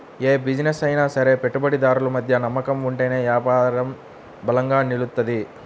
యే బిజినెస్ అయినా సరే పెట్టుబడిదారులు మధ్య నమ్మకం ఉంటేనే యాపారం బలంగా నిలుత్తది